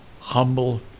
humble